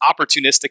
opportunistic